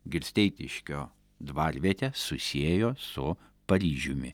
girsteitiškio dvarvietę susiejo su paryžiumi